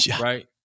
right